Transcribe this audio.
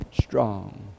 strong